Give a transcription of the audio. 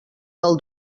del